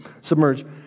Submerge